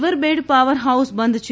river bed power house બંધ છે